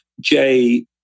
Jay